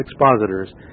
expositors